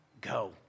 go